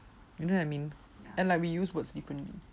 you know what I mean and like we use words differently